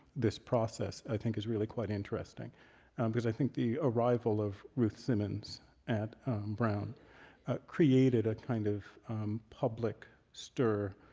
this process i think is really quite interesting because i think the arrival of ruth simmons at brown created a kind of public stir,